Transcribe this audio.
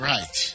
Right